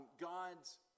God's